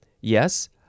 Yes